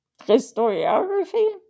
historiography